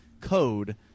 code